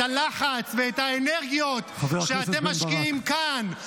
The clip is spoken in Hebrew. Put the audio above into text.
את הלחץ ואת האנרגיות שאתם משקיעים כאן,